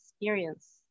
experience